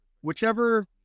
whichever